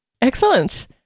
Excellent